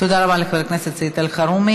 תודה רבה לחבר הכנסת סעיד אלחרומי.